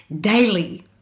daily